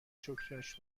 شکرش